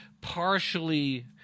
partially